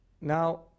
Now